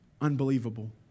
unbelievable